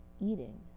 eating